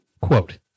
quote